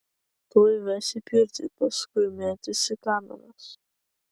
tuoj ves į pirtį paskui mėtys į kameras